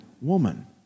woman